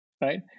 right